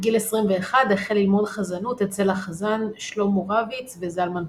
בגיל 21 החל ללמוד חזנות אצל החזן שלמה רביץ וזלמן פולק.